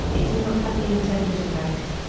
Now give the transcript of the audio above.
it did not have the intended effect.